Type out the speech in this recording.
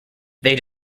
they